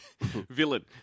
villain